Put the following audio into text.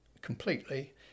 completely